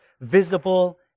visible